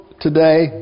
today